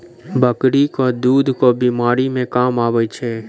बकरी केँ दुध केँ बीमारी मे काम आबै छै?